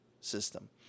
system